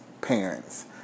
parents